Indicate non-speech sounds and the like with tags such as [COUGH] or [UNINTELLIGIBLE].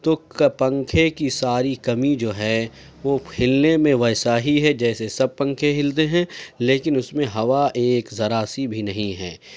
تو پنکھے کی ساری کمی جو ہے وہ [UNINTELLIGIBLE] میں ویسا ہی ہے جیسے سب پنکھے ہلتے ہیں لیکن اس میں ہوا ایک ذرا سی بھی نہیں ہے